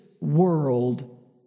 world